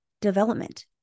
development